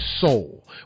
soul